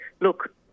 look